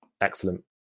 excellent